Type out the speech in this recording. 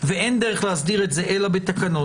ואין דרך להסדיר את זה אלא בתקנות,